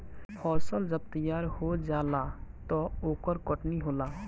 फसल जब तैयार हो जाला त ओकर कटनी होला